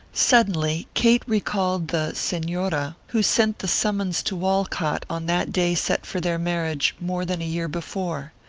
suddenly kate recalled the senora who sent the summons to walcott on that day set for their marriage, more than a year before.